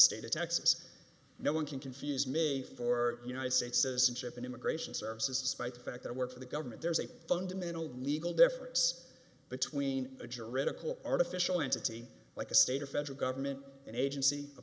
state of texas no one can confuse me for united states citizenship and immigration services despite the fact that work for the government there's a fundamental legal difference between a juridical artificial entity like a state or federal government an agency a